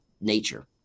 nature